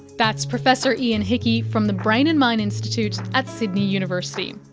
that's professor ian hickie from the brain and mind institute at sydney university.